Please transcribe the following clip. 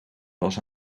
was